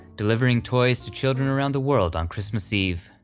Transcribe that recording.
delivering toys to children around the world on christmas eve,